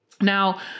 Now